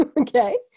okay